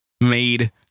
made